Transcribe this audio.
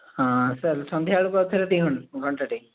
ହଁ ସାର୍ ସନ୍ଧ୍ୟା ବେଳକୁ ଆଉଥରେ ଦୁଇ ଘଣ୍ଟା ଘଣ୍ଟାଟେ